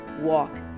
walk